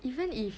even if